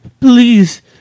Please